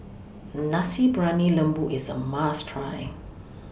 Nasi Briyani Lembu IS A must Try